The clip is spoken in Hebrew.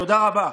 תודה רבה.